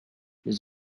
his